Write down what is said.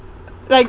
like